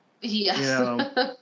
Yes